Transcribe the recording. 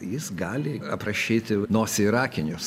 jis gali aprašyti nosį ir akinius